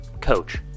coach